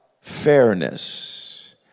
fairness